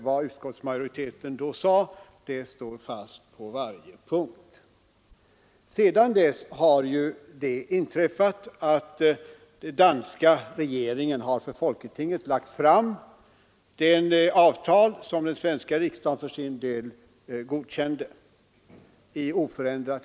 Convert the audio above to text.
Vad utskottsmajoriteten då sade står fast på varje punkt. Sedan har det inträffat att den danska regeringen för folketinget i oförändrat skick lagt fram det avtal som den svenska riksdagen för sin del godkände.